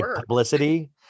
publicity